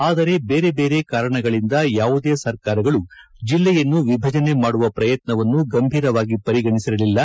ಆದರೆ ಬೇರೆ ಬೇರೆ ಕಾರಣಗಳಿಂದ ಯಾವುದೇ ಸರ್ಕಾರಗಳು ಜಿಲ್ಲೆಯನ್ನು ವಿಭಜನೆ ಮಾಡುವ ಪ್ರಯತ್ನವನ್ನು ಗಂಭೀರವಾಗಿ ಪರಿಗಣಿಸಿರಲಿಲ್ಲ